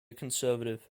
conservative